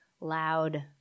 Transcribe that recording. loud